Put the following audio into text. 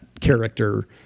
character